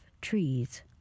trees